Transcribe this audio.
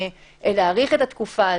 להאריך את התקופה,